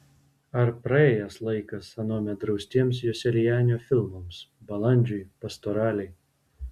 ar praėjęs laikas anuomet draustiems joselianio filmams balandžiui pastoralei